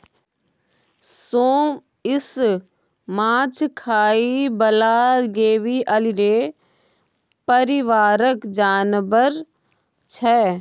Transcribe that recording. सोंइस माछ खाइ बला गेबीअलीडे परिबारक जानबर छै